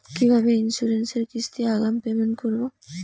কিভাবে ইন্সুরেন্স এর কিস্তি আগাম পেমেন্ট করবো?